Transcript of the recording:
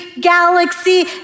galaxy